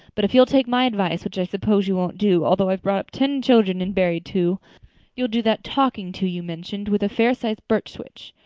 but if you'll take my advice which i suppose you won't do, although i've brought up ten children and buried two you'll do that talking to you mention with a fair-sized birch switch.